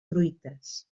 fruites